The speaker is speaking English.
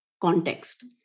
context